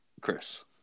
Chris